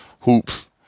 hoops